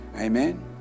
amen